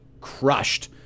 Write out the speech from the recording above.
crushed